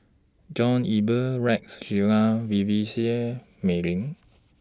John Eber Rex Shelley Vivien Seah Mei Lin